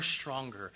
stronger